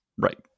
Right